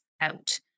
out